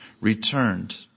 returned